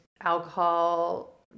alcohol